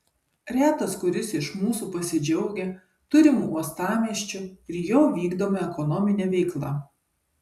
retas kuris iš mūsų pasidžiaugia turimu uostamiesčiu ir jo vykdoma ekonomine veikla